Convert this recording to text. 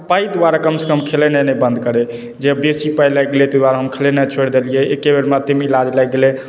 पाइ दुआरे कमसँ कम खेलनाइ नहि बंद करै जे बेसी पाइ लागि गेलै ताहि दुआरे हम खेलनाइ छोड़ि देलियै एकेबेरमे एते हमर ईलाजमे लागि गेलै